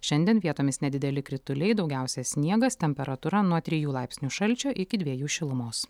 šiandien vietomis nedideli krituliai daugiausia sniegas temperatūra nuo trijų laipsnių šalčio iki dviejų šilumos